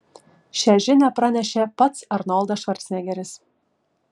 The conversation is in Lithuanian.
šią žinią pranešė pats arnoldas švarcnegeris